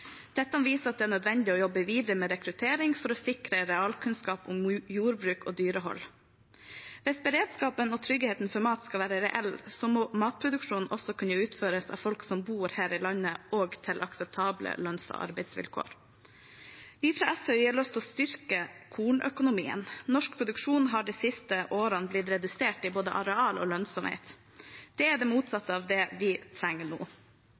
Dette viser at det er nødvendig å jobbe videre med rekruttering for å sikre realkunnskap om jordbruk og dyrehold. Hvis beredskapen og tryggheten for mat skal være reell, må matproduksjonen også kunne utføres av folk som bor her i landet, og til akseptable lønns- og arbeidsvilkår. Vi fra SV har lyst til å styrke kornøkonomien. Norsk produksjon har de siste årene blitt redusert i både areal og lønnsomhet. Det er det motsatte av det vi trenger nå.